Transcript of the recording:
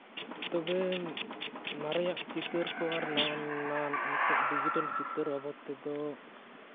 ᱛᱚᱵᱮ ᱢᱟᱨᱮᱭᱟᱜ ᱪᱤᱛᱟᱹᱨ ᱠᱚ ᱟᱨ ᱱᱟᱣᱟᱱ ᱱᱟᱣᱟᱱᱟᱜ ᱰᱤᱡᱤᱴᱟᱞ ᱪᱤᱛᱟᱹᱨ ᱵᱟᱵᱚᱫ ᱛᱮᱫᱚ